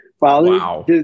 Wow